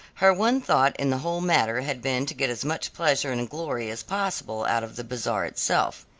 her one thought in the whole matter had been to get as much pleasure and glory as possible out of the bazaar itself.